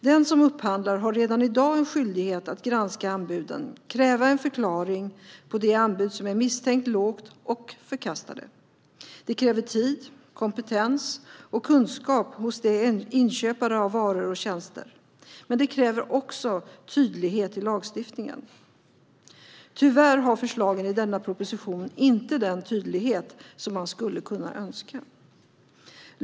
Den som upphandlar har redan i dag en skyldighet att granska anbuden och kräva en förklaring på det anbud som är misstänkt lågt och förkasta det. Det kräver tid, kompetens och kunskap hos dem som är inköpare av varor eller tjänster. Men det kräver också tydlighet i lagstiftningen. Tyvärr har förslagen i denna proposition inte den tydlighet som man skulle önska.